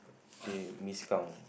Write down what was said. they miscount